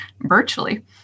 virtually